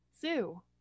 Zoo